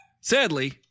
sadly